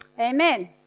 Amen